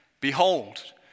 behold